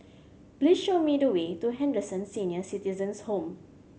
please show me the way to Henderson Senior Citizens' Home